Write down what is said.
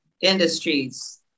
Industries